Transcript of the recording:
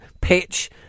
pitch